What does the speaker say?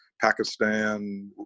Pakistan